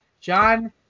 John